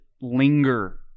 linger